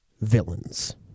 villains